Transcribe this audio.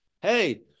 Hey